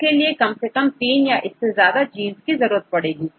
इसके लिए कम से कम 3 या इससे ज्यादा जींस की जरूरत होती है